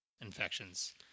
infections